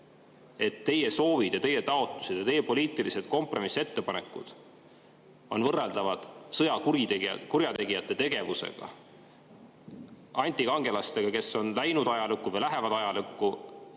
et teie soovid ja teie taotlused ja teie poliitilised kompromissettepanekud on võrreldavad sõjakurjategijate tegevusega, selliste antikangelaste tegevusega, kes on läinud ajalukku või lähevad ajalukku